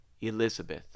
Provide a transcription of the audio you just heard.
Elizabeth